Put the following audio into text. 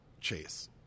chase